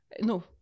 No